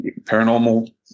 paranormal